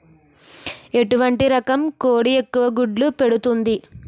ఎటువంటి రకం కోడి ఎక్కువ గుడ్లు పెడుతోంది?